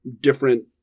different